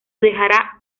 dejará